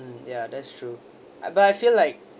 ya that's true I but I feel like